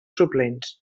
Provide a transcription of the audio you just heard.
suplents